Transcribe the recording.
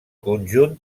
conjunt